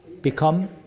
become